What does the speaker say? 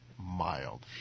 mild